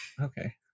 Okay